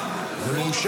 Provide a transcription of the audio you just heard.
נגד.